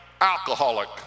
alcoholic